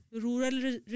rural